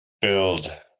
Build